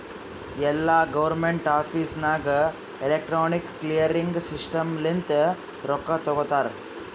ಎಲ್ಲಾ government office ನಾಗ್ electronic clearing system ಲಿಂತೆ ರೊಕ್ಕಾ ತೊಗೋತಾರ